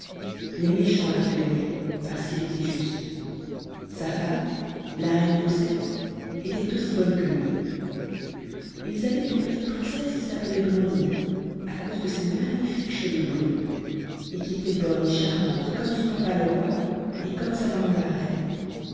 les méchants le craignaient parce qu'il était juste sa femme la reine doucette était aussi bonne que lui ils avaient une petite princesse qui s'appelait blondine à cause de ses magnifiques cheveux blonds et qui était bonne et charmante comme son papa le roi et comme sa maman la reine